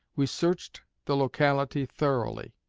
we searched the locality thoroughly,